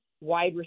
wide